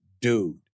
dude